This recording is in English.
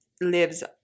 lives